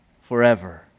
forever